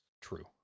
True